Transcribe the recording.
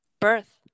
Birth